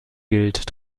gilt